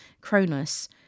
Cronus